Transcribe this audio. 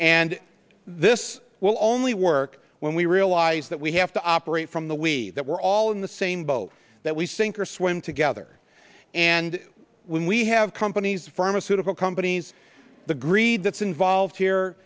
and this will only work when we realize that we have to operate from the way that we're all in the same boat that we sink or swim together and when we have companies pharmaceutical companies the greed that's involved